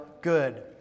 good